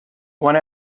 one